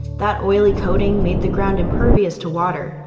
that oily coating made the ground impervious to water,